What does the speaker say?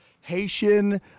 Haitian